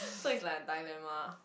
so it's like a dilemma